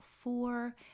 four